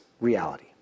reality